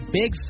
big